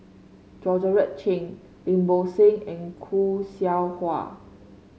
Georgette Chen Lim Bo Seng and Khoo Seow Hwa